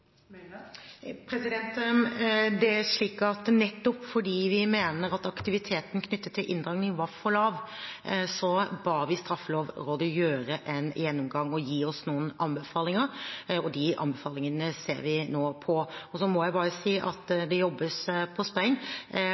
var for lav, ba vi straffelovrådet gjøre en gjennomgang og gi oss noen anbefalinger, og de anbefalingene ser vi på nå. Jeg må bare si at det jobbes på